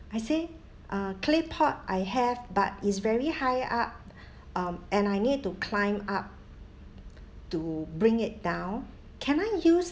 I say uh claypot I have but is very high up um and I need to climb up to bring it down can I use